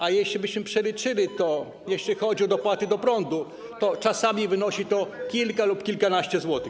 A jeślibyśmy to przeliczyli, jeśli chodzi o dopłaty do prądu, to czasami wynosi to kilka lub kilkanaście złotych.